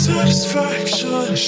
satisfaction